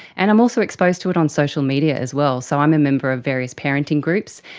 and i'm also exposed to it on social media as well. so i'm a member of various parenting groups,